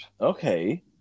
Okay